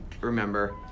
remember